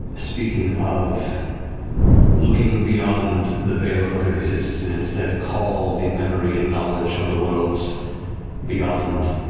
speaking of looking beyond the veil of what exists and instead call the memory and knowledge of the worlds beyond,